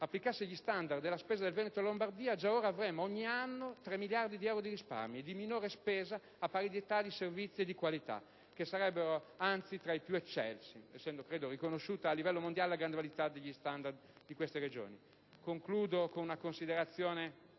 applicasse gli standard e la spesa del Veneto e della Lombardia, già ora avremmo ogni anno circa 3 miliardi di euro di risparmi e di minore spesa a parità di servizi e di qualità, che sarebbero anzi tra i più eccelsi, essendo riconosciuta a livello mondiale la grande validità degli standard di queste Regioni. Concludo con una considerazione